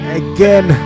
again